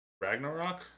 Ragnarok